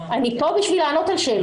אני פה בשביל לענות על שאלות.